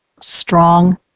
strong